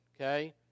okay